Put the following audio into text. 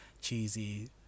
cheesy